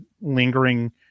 lingering